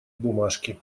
бумажки